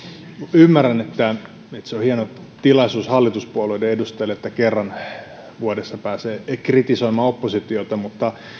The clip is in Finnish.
ymmärrän että se on hieno tilaisuus hallituspuolueiden edustajille että kerran vuodessa pääsee kritisoimaan oppositiota mutta